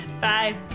Bye